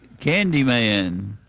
Candyman